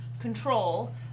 control